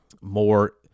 more